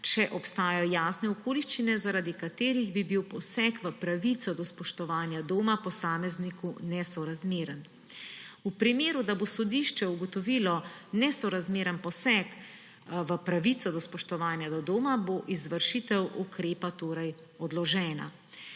če obstajajo jasne okoliščine, zaradi katerih bi bil poseg v pravico do spoštovanja doma posamezniku nesorazmeren. Če bo sodišče ugotovilo nesorazmeren poseg v pravico do spoštovanja doma, bo izvršitev ukrepa odložena.